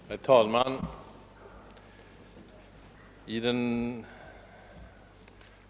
Herr talman!